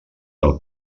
del